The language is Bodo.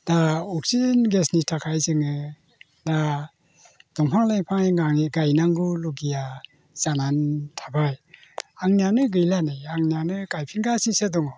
दा अक्सिजेन गेसनि थाखाय जोङो दा दंफां लाइफां गायनांगौ लगिया जानानै थाबाय आंनियानो गैला नै आंनियानो गायफिनगासिनोसो दङ